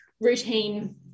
routine